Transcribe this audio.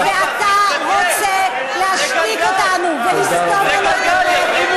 ואתה רוצה להשתיק אותנו ולסתום לנו את הפה,